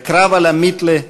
בקרב על המיתלה,